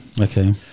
okay